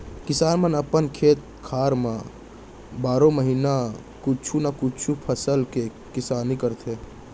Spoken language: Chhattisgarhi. किसान मन अपन खेत खार म बारो महिना कुछु न कुछु फसल के किसानी करथे